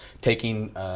taking